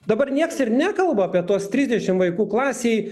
dabar niekas ir nekalba apie tuos trisdešimt vaikų klasėj